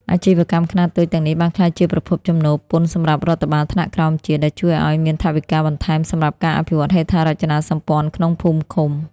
អាជីវកម្មខ្នាតតូចទាំងនេះបានក្លាយជាប្រភពចំណូលពន្ធសម្រាប់រដ្ឋបាលថ្នាក់ក្រោមជាតិ ដែលជួយឱ្យមានថវិកាបន្ថែមសម្រាប់ការអភិវឌ្ឍហេដ្ឋារចនាសម្ព័ន្ធក្នុងភូមិឃុំ។